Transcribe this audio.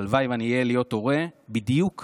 והלוואי שאני אוכל להיות הורה בדיוק כמוכם.